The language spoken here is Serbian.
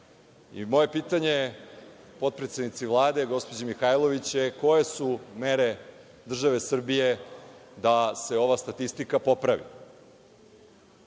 pitanje potpredsednici Vlade, gospođi Mihajlović je – koje su mere države Srbije da se ova statistika popravi? Na